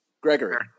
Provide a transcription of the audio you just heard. Gregory